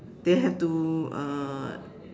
they have to uh